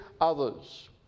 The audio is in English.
others